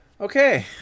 Okay